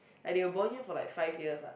like they will bond you for like five years what